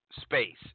space